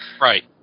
Right